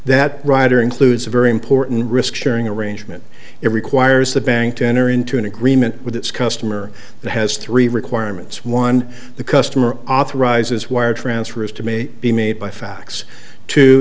that ryder includes a very important risk sharing arrangement it requires the bank to enter into an agreement with its customer that has three requirements one the customer authorizes wire transfers to may be made by fa